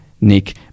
Nick